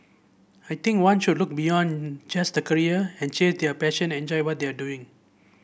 I think one should look beyond just a career and chase their passion and enjoy what they are doing